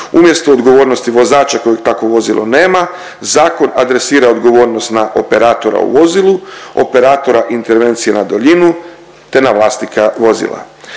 Umjesto odgovornosti vozača kojeg takvo vozilo nema zakon adresira odgovornost na operatora u vozila, operatora intervencije na daljinu te na vlasnika vozila.